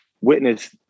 witness